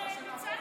אבל בצלאל,